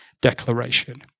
declaration